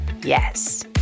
Yes